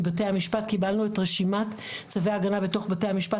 מבתי המשפט קיבלנו את רשימת צווי ההגנה בתוך בתי המשפט,